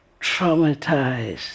traumatized